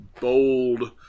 bold